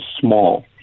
small